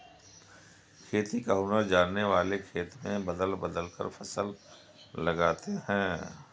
खेती का हुनर जानने वाले खेत में बदल बदल कर फसल लगाते हैं